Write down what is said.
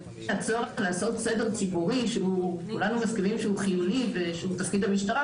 לעשות סדר ציבורי שכולנו מסכימים שהוא חיוני ושזה תפקיד המשטרה,